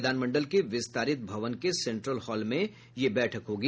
विधानमंडल के विस्तारित भवन के सेन्ट्रल हॉल में बैठक होगी